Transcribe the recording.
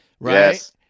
Yes